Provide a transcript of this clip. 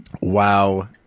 Wow